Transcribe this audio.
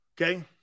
Okay